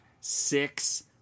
six